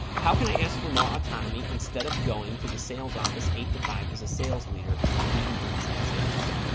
how can i ask for more autonomy instead of going to the sales office eight to five as a sales leader and lead the inside sales team